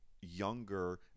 younger